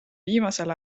viimasel